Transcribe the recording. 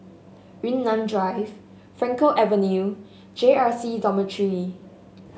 Yunnan Drive Frankel Avenue J R C Dormitory